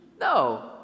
No